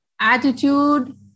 attitude